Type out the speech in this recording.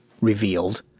revealed